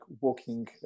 walking